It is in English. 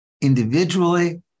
individually